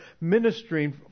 ministering